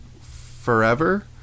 forever